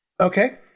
Okay